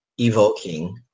evoking